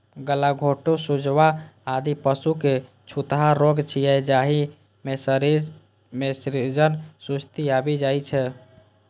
गलाघोटूं, सुजवा, आदि पशुक छूतहा रोग छियै, जाहि मे शरीर मे सूजन, सुस्ती आबि जाइ छै